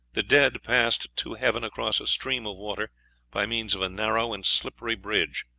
the dead passed to heaven across a stream of water by means of a narrow and slippery bridge,